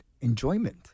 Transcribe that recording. enjoyment